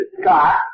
Scott